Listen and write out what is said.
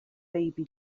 baby